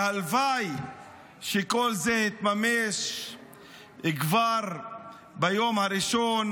הלוואי שכל זה היה מתממש כבר ביום הראשון.